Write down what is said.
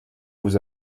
vous